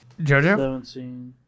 Jojo